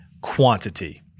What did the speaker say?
quantity